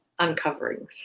uncoverings